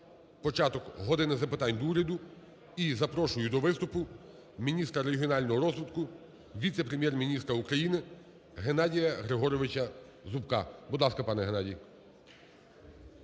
початок "години запитань до Уряду". І запрошую до виступу міністра регіонального розвитку – віце-прем'єр-міністра України Геннадія Григоровича Зубка. Будь ласка, пане Геннадію.